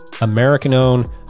american-owned